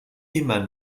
immer